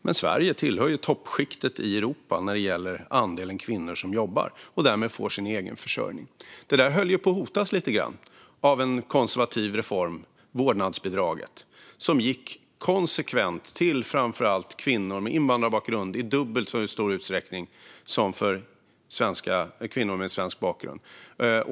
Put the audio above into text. Men Sverige tillhör toppskiktet i Europa när det gäller andelen kvinnor som jobbar och därmed får sin egen försörjning. Detta höll på att hotas lite grann av en konservativ reform - vårdnadsbidraget - som konsekvent gick till framför allt kvinnor med invandrarbakgrund, i dubbelt så stor utsträckning som till kvinnor med svensk bakgrund.